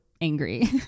angry